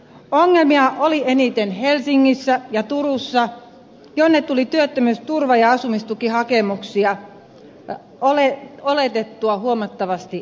ongelmia oli eniten helsingissä ja turussa minne tuli työttömyysturva ja asumistukihakemuksia oletettua huomattavasti enemmän